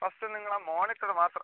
first നിങ്ങൾ ആ monitor മാത്രം